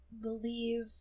believe